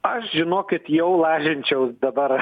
aš žinokit jau lažinčiaus dabar